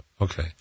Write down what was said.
Okay